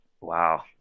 wow